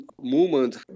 movement